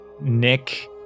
Nick